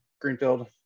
greenfield